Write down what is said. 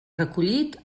recollit